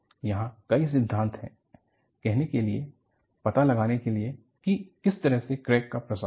यहाँ कई सिद्धांत हैं कहने के लिए पता लगाने के लिए की किस तरह से क्रैक का प्रसार होगा